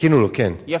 עדכנו לו, כן.